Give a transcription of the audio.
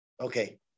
Okay